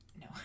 No